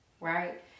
right